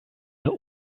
der